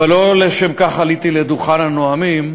אבל לא לשם כך עליתי לדוכן הנואמים,